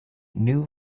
knew